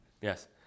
Yes